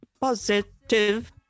positive